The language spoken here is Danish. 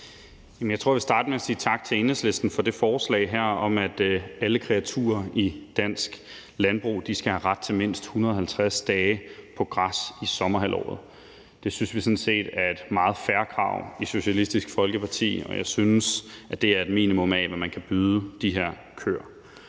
jeg vil starte med at sige tak til Enhedslisten for det her forslag om, at alle kreaturer i dansk landbrug skal have ret til mindst 150 dage på græs i sommerhalvåret. Det synes vi i Socialistisk Folkeparti sådan set er et meget fair krav, og jeg synes, det er et minimum af, hvad man kan byde de her køer.